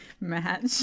match